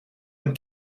een